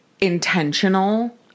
intentional